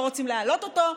לא רוצים להעלות אותו,